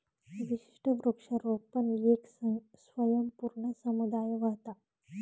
विशिष्ट वृक्षारोपण येक स्वयंपूर्ण समुदाय व्हता